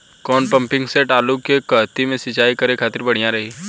कौन pumping set आलू के कहती मे सिचाई करे खातिर बढ़िया रही?